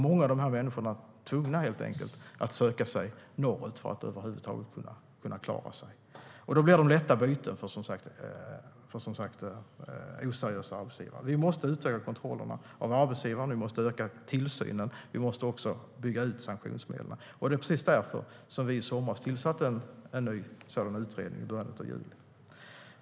Många av de människorna blev helt enkelt tvungna att söka sig norrut för att över huvud taget kunna klara sig och blir då lätta byten för oseriösa arbetsgivare. Vi måste utöka kontrollerna av arbetsgivarna. Vi måste öka tillsynen. Vi måste också bygga ut sanktionsmedlen. Precis därför tillsatte vi en ny sådan utredning i början av juli.